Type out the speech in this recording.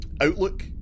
outlook